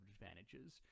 advantages